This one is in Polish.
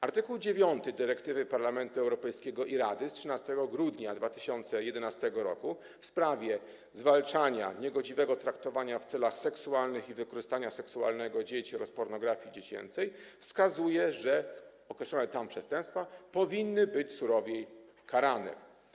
Art. 9 dyrektywy Parlamentu Europejskiego i Rady z 13 grudnia 2011 r. w sprawie zwalczania niegodziwego traktowania w celach seksualnych i wykorzystania seksualnego dzieci oraz pornografii dziecięcej wskazuje, że określone tam przestępstwa powinny być surowiej karane.